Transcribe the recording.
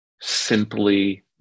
simply